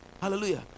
Hallelujah